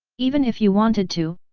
even if you wanted to,